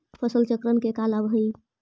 फसल चक्रण के का लाभ हई?